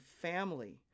family